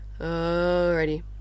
Alrighty